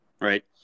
Right